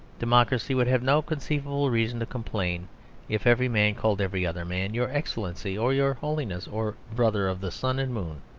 democracy would have no conceivable reason to complain if every man called every other man your excellency or your holiness or brother of the sun and moon.